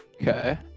Okay